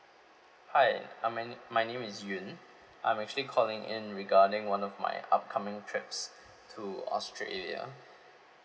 hi um my my name is yun I'm actually calling in regarding one of my upcoming trips to australia